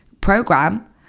program